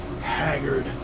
haggard